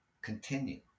continue